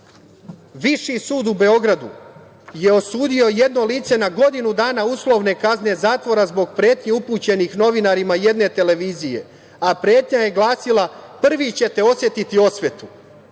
sud u Beogradu je osudio jedno lice na godinu dana uslovne kazne zatvora zbog pretnji upućenih novinarima jedne televizije, a pretnja je glasila – prvi ćete osetiti osvetu.